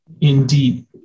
Indeed